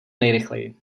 nejrychleji